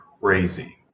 crazy